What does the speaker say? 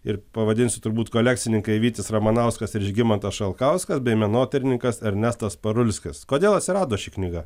ir pavadinsiu turbūt kolekcininkai vytis ramanauskas ir žygimantas šalkauskas bei menotyrininkas ernestas parulskis kodėl atsirado ši knyga